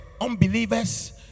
unbelievers